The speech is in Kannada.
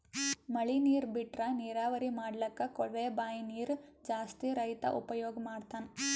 ಮಳಿ ನೀರ್ ಬಿಟ್ರಾ ನೀರಾವರಿ ಮಾಡ್ಲಕ್ಕ್ ಕೊಳವೆ ಬಾಂಯ್ ನೀರ್ ಜಾಸ್ತಿ ರೈತಾ ಉಪಯೋಗ್ ಮಾಡ್ತಾನಾ